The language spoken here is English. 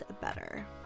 better